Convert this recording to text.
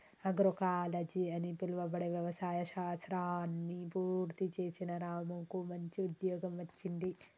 agroecology అని పిలువబడే వ్యవసాయ శాస్త్రాన్ని పూర్తి చేసిన రాముకు మంచి ఉద్యోగం వచ్చింది